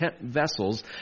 vessels